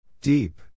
Deep